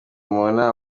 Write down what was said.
mama